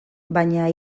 baina